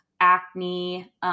Acne